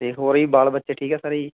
ਅਤੇ ਹੋਰ ਜੀ ਬਾਲ ਬੱਚੇ ਠੀਕ ਆ ਸਰ ਜੀ